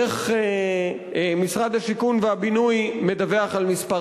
איך משרד הבינוי והשיכון מדווח על מספר